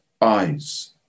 eyes